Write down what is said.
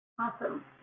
Awesome